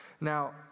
Now